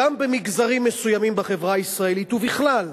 גם במגזרים מסוימים בחברה הישראלית, ובכלל,